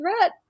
threat